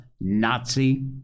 Nazi